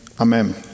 amen